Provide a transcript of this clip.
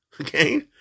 Okay